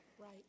Right